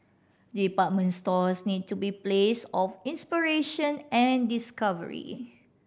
department stores need to be place of inspiration and discovery